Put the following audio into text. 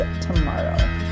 tomorrow